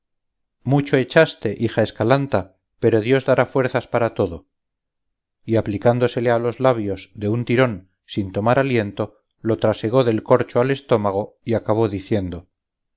mucho echaste hija escalanta pero dios dará fuerzas para todo y aplicándosele a los labios de un tirón sin tomar aliento lo trasegó del corcho al estómago y acabó diciendo